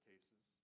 cases